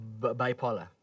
bipolar